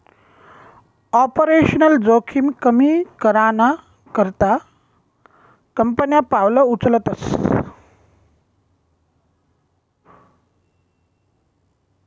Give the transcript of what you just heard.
operational जोखिम कमी कराना करता कंपन्या पावलं उचलतस